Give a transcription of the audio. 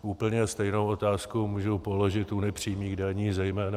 Úplně stejnou otázku můžu položit u nepřímých daní, zejména u DPH.